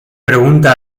pregunta